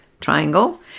triangle